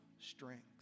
strength